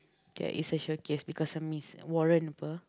there is a showcase because I mean he's warren apa